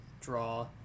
draw